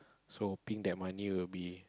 so hoping that money will be